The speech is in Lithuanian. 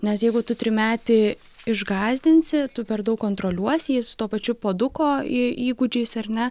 nes jeigu tu trimetį išgąsdinsi tu per daug kontroliuosi jį su tuo pačiu puoduko į įgūdžiais ar ne